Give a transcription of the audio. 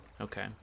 Okay